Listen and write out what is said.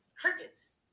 crickets